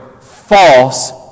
false